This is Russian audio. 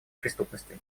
преступностью